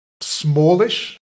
smallish